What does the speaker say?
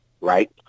right